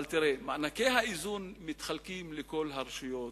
אבל מענקי האיזון מתחלקים לכל הרשויות,